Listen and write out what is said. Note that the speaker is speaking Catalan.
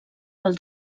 pel